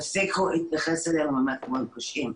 תפסיקו להתייחס אלינו כאל פושעים.